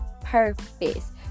purpose